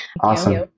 Awesome